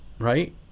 right